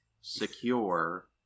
secure